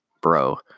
bro